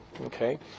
Okay